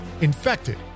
Infected